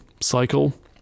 cycle